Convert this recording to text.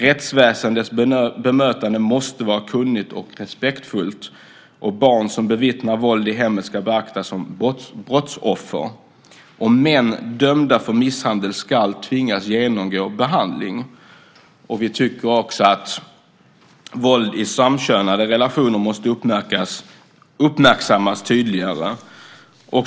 Rättsväsendets bemötande måste vara kunnigt och respektfullt, och barn som bevittnar våld i hemmet betraktas som brottsoffer. Män som är dömda för misshandel ska tvingas genomgå behandling. Vi tycker också att våld i samkönade relationer måste uppmärksammas tydligare.